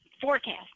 Forecast